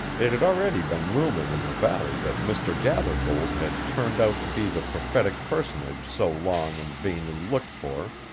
it had already been rumored in the valley that mr. gathergold had turned out to be the prophetic personage so long and vainly looked for,